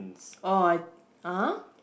orh I ah